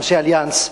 אנשי "אליאנס"